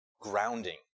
grounding